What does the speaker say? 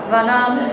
Vanam